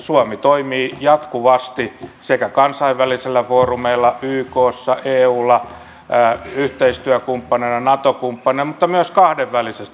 suomi toimii jatkuvasti sekä kansainvälisillä foorumeilla ykssa eussa yhteistyökumppanina ja naton kumppanina että myös kahdenvälisesti